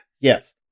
yes